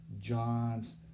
John's